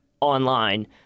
online